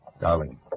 Darling